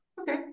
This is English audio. Okay